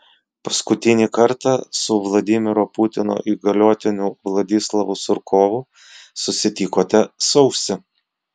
paskutinį kartą su vladimiro putino įgaliotiniu vladislavu surkovu susitikote sausį